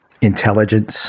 intelligence